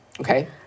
Okay